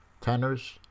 tenors